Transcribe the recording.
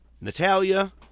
Natalia